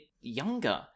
younger